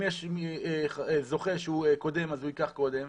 יש זוכה שהוא קודם אז הוא ייקח קודם,